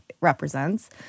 represents